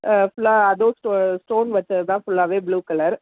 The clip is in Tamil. ஃபுல்லாக அதுவும் ஸ்டோன் வைச்சதுதான் ஃபுல்லாகவே ப்ளூ கலர்